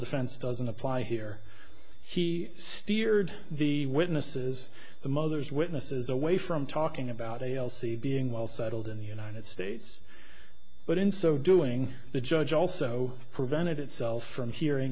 defense doesn't apply here he steered the witnesses the mothers witnesses away from talking about a l c being well settled in the united states but in so doing the judge also prevented itself from hearing